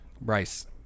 Bryce